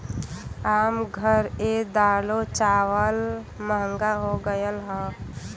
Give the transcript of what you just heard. आम घर ए दालो चावल महंगा हो गएल हौ